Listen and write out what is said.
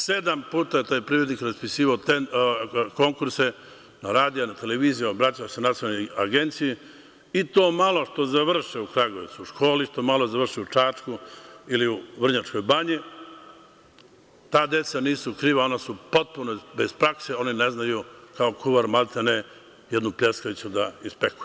Sedam puta taj privrednik je raspisivao konkurse, na radiju, na televiziji obratio se Nacionalnoj agenciji i to malo što završe u Kragujevcu u školi, što malo završe u Čačku ili u Vrnjačkoj Banji, ta deca nisu kriva, ona su potpuno bez prakse, ona ne znaju kao kuvar maltene jednu pljeskavicu da ispeku.